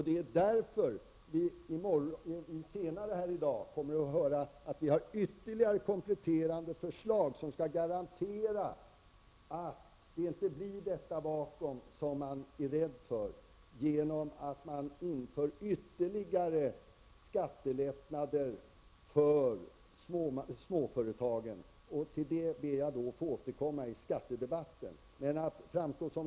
Det är därför man senare här i dag kommer att höra att vi har ytterligare kompletterande förslag som skall garantera att det inte blir detta vakuum som man är rädd för, om det införs ytterligare skattelättnader för småföretagen. Jag ber att få återkomma till detta i skattedebatten.